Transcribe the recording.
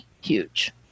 Huge